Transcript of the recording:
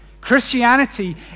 Christianity